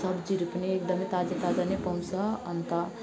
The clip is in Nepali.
सब्जीहरू पनि एकदमै ताजा ताजा नै पाउँछ अन्त